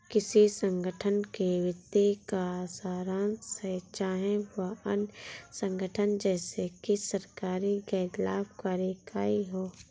किसी संगठन के वित्तीय का सारांश है चाहे वह अन्य संगठन जैसे कि सरकारी गैर लाभकारी इकाई हो